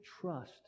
trust